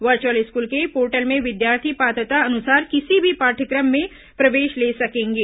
virtual school के portal में विद्यार्थी पात्रता अनुसार किसी भी पाठ्यक्रम में प्रवेश ले सकेंगे